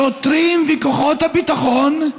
השוטרים וכוחות הביטחון,